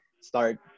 start